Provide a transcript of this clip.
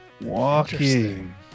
walking